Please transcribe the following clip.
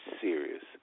serious